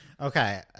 okay